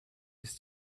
ist